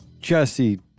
Jesse